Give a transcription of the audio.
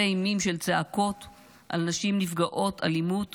אימים של צעקות על נשים נפגעות אלימות